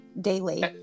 daily